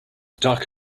duck